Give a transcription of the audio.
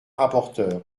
rapporteur